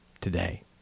today